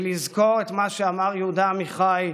לזכור את מה שאמר יהודה עמיחי: